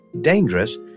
dangerous